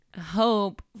hope